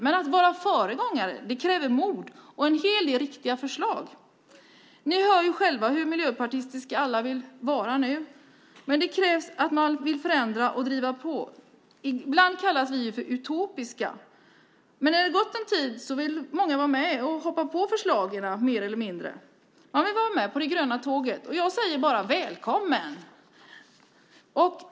Men att vara föregångare kräver mod och en hel del riktiga förslag. Ni hör ju själva hur miljöpartistiska alla nu vill vara, men det krävs att man vill förändra och driva på. Ibland kallas vi utopiska, men när det gått en tid vill många vara med och hoppa på förslagen, mer eller mindre. Man vill vara med på det gröna tåget. Jag säger bara välkommen!